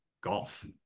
golf